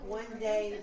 one-day